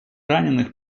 раненых